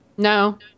No